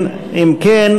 לבני.